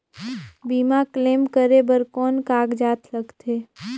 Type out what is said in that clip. बीमा क्लेम करे बर कौन कागजात लगथे?